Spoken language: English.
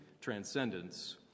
transcendence